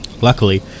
Luckily